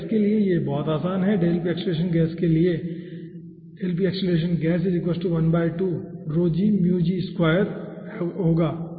तो गैस के लिए यह बहुत आसान है गैस के लिए होगा ठीक है